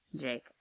Jake